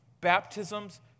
baptisms